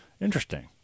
interesting